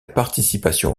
participation